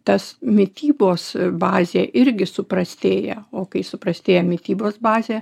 tas mitybos bazė irgi suprastėja o kai suprastėja mitybos bazė